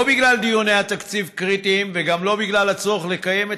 לא בגלל דיוני התקציב הקריטיים וגם לא בגלל הצורך לקיים את